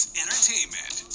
entertainment